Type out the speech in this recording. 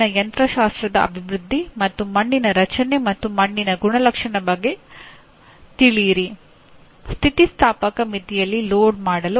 ನಿಮ್ಮ ಆಯ್ಕೆಗೆ ಸಮರ್ಥನೆಯನ್ನು ಗರಿಷ್ಠ 250 ಪದಗಳಲ್ಲಿ ಬರೆಯಿರಿ